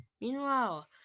Meanwhile